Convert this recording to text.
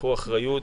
קחו אחריות,